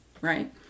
Right